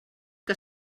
que